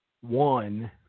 one